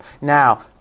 Now